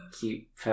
keep